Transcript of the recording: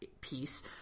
piece